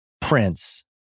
Prince